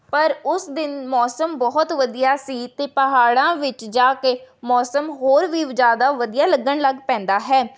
ਪਰ ਉਸ ਦਿਨ ਮੌਸਮ ਬਹੁਤ ਵਧੀਆ ਸੀ ਅਤੇ ਪਹਾੜਾਂ ਵਿੱਚ ਜਾ ਕੇ ਮੌਸਮ ਹੋਰ ਵੀ ਜ਼ਿਆਦਾ ਵਧੀਆ ਲੱਗਣ ਲੱਗ ਪੈਂਦਾ ਹੈ